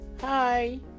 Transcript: Hi